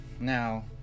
now